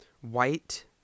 White